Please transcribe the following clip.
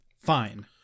Fine